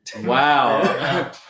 Wow